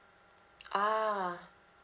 ah